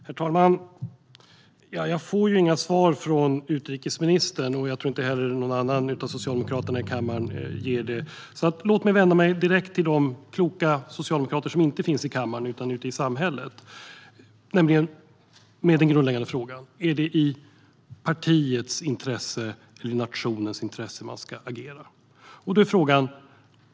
Herr talman! Jag får inga svar från utrikesministern, och jag tror inte att jag får det av någon annan av socialdemokraterna i kammaren heller. Låt mig därför vända mig direkt till de kloka socialdemokrater som inte finns i kammaren utan ute i samhället med en grundläggande fråga: Är det i partiets eller nationens intresse man ska agera?